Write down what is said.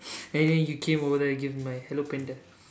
and then you came over to give my hello panda